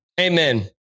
Amen